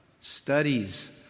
studies